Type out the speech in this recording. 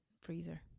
freezer